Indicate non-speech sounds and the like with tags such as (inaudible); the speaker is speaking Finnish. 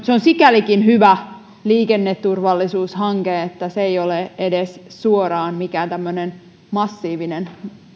(unintelligible) se on sikälikin hyvä liikenneturvallisuushanke että se ei ole edes suoraan mikään massiivinen